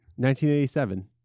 1987